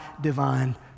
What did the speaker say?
divine